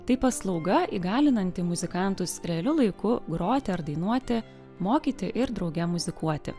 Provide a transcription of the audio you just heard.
tai paslauga įgalinanti muzikantus realiu laiku groti ar dainuoti mokyti ir drauge muzikuoti